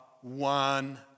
one